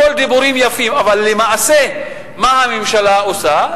הכול דיבורים יפים, אבל למעשה מה הממשלה עושה?